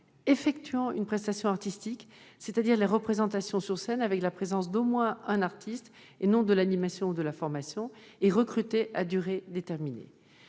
effectuant une prestation artistique, c'est-à-dire les représentations sur scène avec la présence d'au moins un artiste, et non de l'animation ou de la formation, et recrutés à durée déterminée.